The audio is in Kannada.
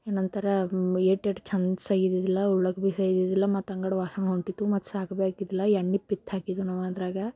ಏನಂತಾರೆ ಎಷ್ಟು ಎಷ್ಟು ಚೆಂದ ಸೈಯಿದಿದ್ದು ಇಲ್ಲ ಉಣ್ಣೋಕ್ಕೆ ಭೀ ಸೈಯಿದಿದ್ದು ಇಲ್ಲ ಮತ್ತು ತಂಗ್ಳು ವಾಸನೆ ಹೊಂಟ್ಟಿತ್ತು ಮತ್ತೆ ಸಾಕ ಬೀ ಹಾಕಿದ್ದಿಲ್ಲ ಎಣ್ಣೆ ಪಿತ್ ಹಾಕಿದ್ದನವ ಅದರಾಗೆ